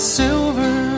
silver